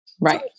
Right